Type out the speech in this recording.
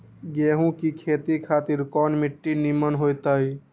गेंहू की खेती खातिर कौन मिट्टी निमन हो ताई?